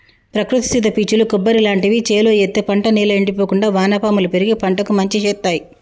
ప్రకృతి సిద్ద పీచులు కొబ్బరి లాంటివి చేలో ఎత్తే పంట నేల ఎండిపోకుండా వానపాములు పెరిగి పంటకు మంచి శేత్తాయ్